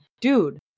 dude